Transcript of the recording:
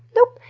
nope.